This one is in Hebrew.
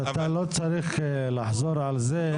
אז אתה לא צריך לחזור על זה.